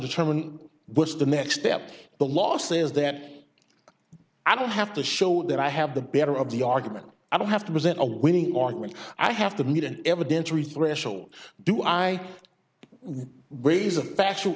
determine what's the next step the law says that i don't have to show that i have the better of the argument i don't have to present a winning argument i have to meet an evidentiary threshold do i ways a factual